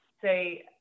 say